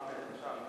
נתקבל.